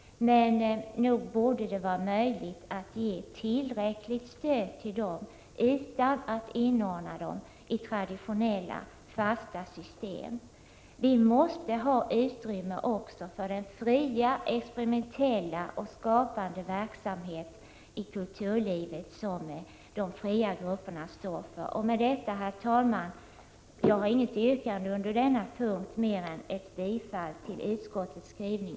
Nog borde det vara möjligt att ge tillräckligt stöd till dem utan att inordna dem i traditionella fasta system. Det måste finnas utrymme också för den fria, experimentella och skapande verksamhet i kulturlivet som de fria grupperna står för. Herr talman! Jag har inget annat yrkande under punkt 8 än om bifall till utskottets skrivning.